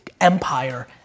empire